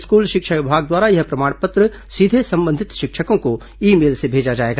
school शिक्षा विभाग द्वारा यह प्रमाण पत्र सीधे संबंधित शिक्षकों को ई मेल से भेजा जाएगा